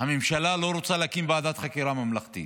הממשלה לא רוצה להקים ועדת חקירה ממלכתית?